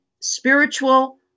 spiritual